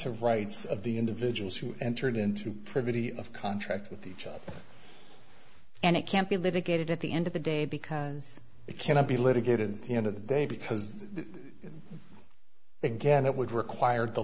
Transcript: substantive rights of the individuals who entered into privity of contract with each other and it can't be litigated at the end of the day because it cannot be litigated the end of the day because again it would require the